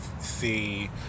see